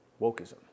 wokeism